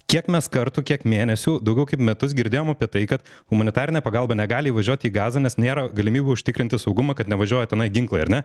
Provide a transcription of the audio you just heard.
kiek mes kartų kiek mėnesių daugiau kaip metus girdėjom apie tai kad humanitarinė pagalba negali įvažiuot į gazą nes nėra galimybių užtikrinti saugumą kad nevažiuoja tenai ginklai ar ne